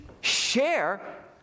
share